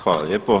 Hvala lijepo.